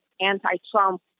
anti-Trump